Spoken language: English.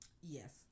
Yes